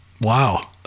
Wow